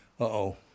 Uh-oh